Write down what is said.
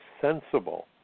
sensible